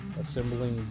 assembling